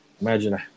Imagine